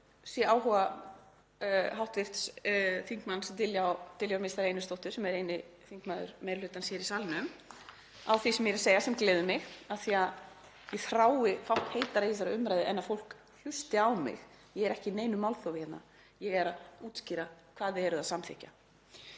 sé áhuga hv. þm. Diljár Mistar Einarsdóttur, sem er eini þingmaður meiri hlutans hér í salnum, á því sem ég er að segja, sem gleður mig af því að ég þrái fátt heitar í þessari umræðu en að fólk hlusti á mig. Ég er ekki í neinu málþófi hérna, ég er að útskýra hvað þið eruð að samþykkja.